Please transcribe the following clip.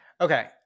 okay